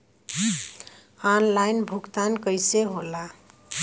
Online भुगतान कईसे होला?